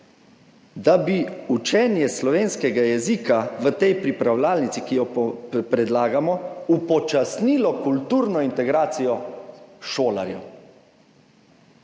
da bi učenje slovenskega jezika v tej pripravljalnici, ki jo predlagamo, upočasnilo kulturno integracijo šolarjev.